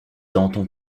danton